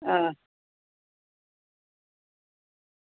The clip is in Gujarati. હા